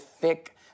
thick